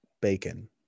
bacon